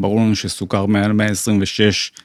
ברור לנו שסוכר מעל 126.